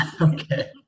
Okay